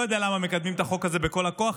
יודע למה מקדמים את החוק הזה בכל הכוח.